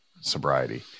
sobriety